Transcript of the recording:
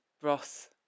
broth